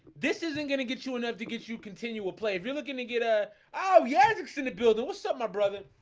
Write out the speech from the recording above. this isn't gonna get you enough to get you continual play if you're looking to get a oh, yeah, sixth in the building what's up, my brother?